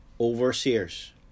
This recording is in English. overseers